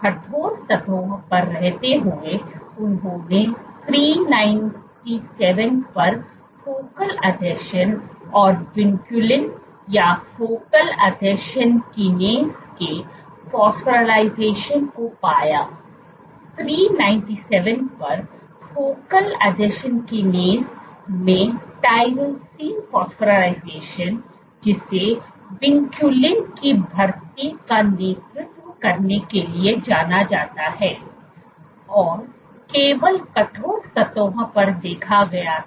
कठोर सतहों पर रहते हुए उन्होंने 397 पर फोकल आसंजन और विनकुलिन या फोकल आसंजन किनोस के फॉस्फोराइलेशन को पाया 397 पर फोकल आसंजन किनेज में टायरोसिन फॉस्फोराइलेशन जिसे विंचुलिन की भर्ती का नेतृत्व करने के लिए जाना जाता है और केवल कठोर सतहों पर देखा गया था